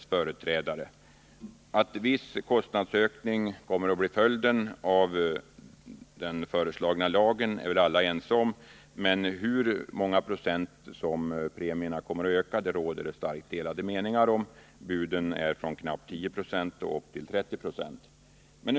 Att viss kostnadsökning kommer att bli följden av den föreslagna lagen torde alla vara ense om, men i fråga om hur många procent premierna kommer att öka råder det mycket delade meningar. Här har talats om procenttal från knappt 10 26 och upp till 30 20.